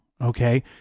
okay